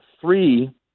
three